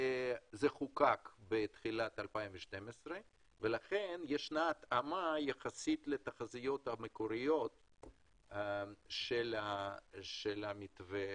זה חוקק בתחילת 2012 ולכן יש התאמה יחסית לתחזיות המקוריות של המתווה